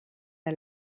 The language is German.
der